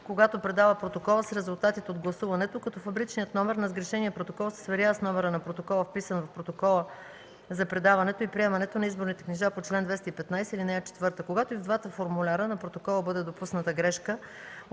когато предава протокола с резултатите от гласуването, като фабричният номер на сгрешения протокол се сверява с номера на протокола, вписан в протокола за предаването и приемането на изборните книжа по чл. 215, ал. 4. Когато и в двата формуляра на протокола бъде допусната грешка,